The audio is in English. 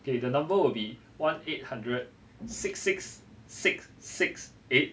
okay the number will be one eight hundred six six six six eight